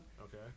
Okay